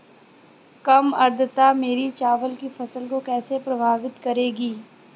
कम आर्द्रता मेरी चावल की फसल को कैसे प्रभावित करेगी?